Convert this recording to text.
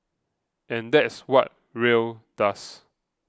and that's what Rae does